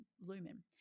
lumen